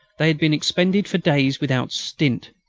they had been expended for days without stint.